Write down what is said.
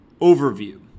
Overview